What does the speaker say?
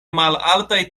malaltaj